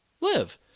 live